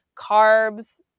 carbs